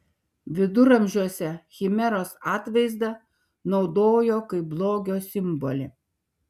viduramžiuose chimeros atvaizdą naudojo kaip blogio simbolį